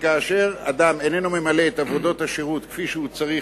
שכאשר אדם איננו ממלא את עבודות השירות כפי שהוא צריך,